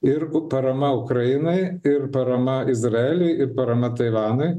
ir parama ukrainai ir parama izraeliui ir parama taivanui